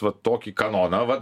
vat tokį kanoną vat